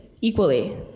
equally